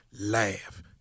laugh